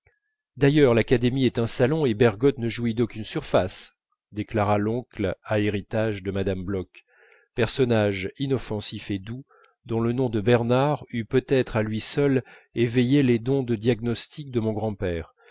d'ailleurs l'académie est un salon et bergotte ne jouit d'aucune surface déclara l'oncle à héritage de mme bloch personnage inoffensif et doux dont le nom de bernard eût peut-être à lui seul éveillé les dons de diagnostic de mon grand-père